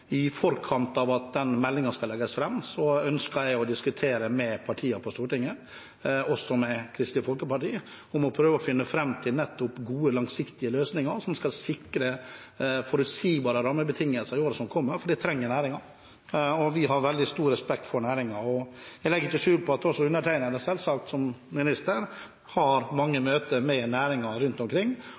I forkant av at den meldingen legges fram, ønsker jeg å diskutere med partiene på Stortinget, også med Kristelig Folkeparti, for å prøve å finne fram til gode, langsiktige løsninger som skal sikre forutsigbare rammebetingelser i årene som kommer, for det trenger næringen, og vi har veldig stor respekt for næringen. Jeg legger ikke skjul på at også undertegnede, selvsagt, som minister har mange møter med næringen rundt omkring